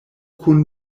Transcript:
kun